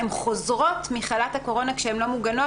הן חוזרות מחל"ת הקורונה כשהן לא מוגנות